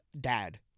Dad